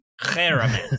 Chairman